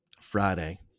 Friday